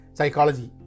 Psychology